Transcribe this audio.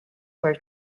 were